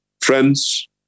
Friends